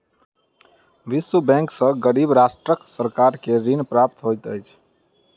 विश्व बैंक सॅ गरीब राष्ट्रक सरकार के ऋण प्राप्त होइत अछि